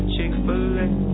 Chick-fil-A